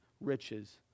riches